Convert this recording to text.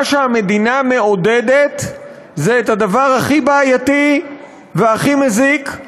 מה שהמדינה מעודדת זה את הדבר הכי בעייתי והכי מזיק,